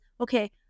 okay